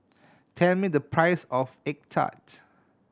tell me the price of egg tart